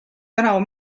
tänavu